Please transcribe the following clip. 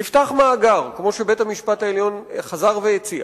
נפתח מאגר, כמו שבית-המשפט העליון חזר והציע,